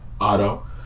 auto